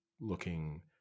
looking